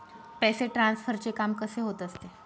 पैसे ट्रान्सफरचे काम कसे होत असते?